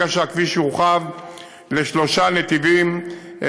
בשעות העומס ברגע שהכביש יורחב לשלושה נתיבים.